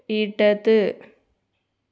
ഇടത്